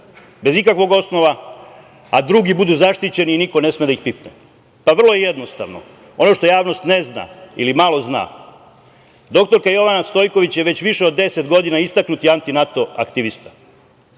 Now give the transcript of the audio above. bez ikakvog osnova, a drugi budu zaštićeni i niko ne sme da ih pipne? Pa vrlo je jednostavno, ono što javnost ne zna ili malo zna, dr Jovana Stojković je već više od deset godina istaknuti anti-NATO aktivista,